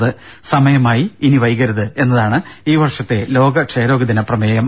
സമയമായി ഇനി വൈകരുത് എന്നതാണ് ഈ വർഷത്തെ ലോക ക്ഷയരോഗ ദിന പ്രമേയം